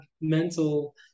mental